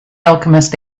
alchemist